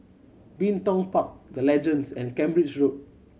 Bin Tong Park The Legends and Cambridge Road